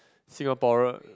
Singapore